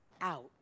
out